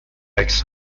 عکس